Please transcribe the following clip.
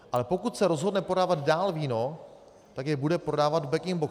Ale pokud se rozhodne podávat dál víno, tak jej bude prodávat v baginboxu.